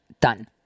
Done